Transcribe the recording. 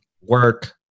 work